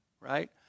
right